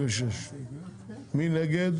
86. סעיף 86. מי נגד?